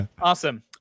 awesome